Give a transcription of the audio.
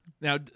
now